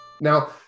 Now